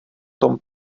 tom